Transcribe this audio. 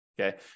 Okay